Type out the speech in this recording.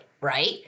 right